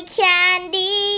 candy